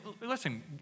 listen